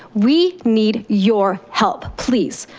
we need your help please.